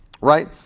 Right